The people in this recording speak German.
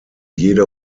jede